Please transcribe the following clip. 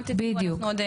בדיוק.